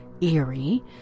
eerie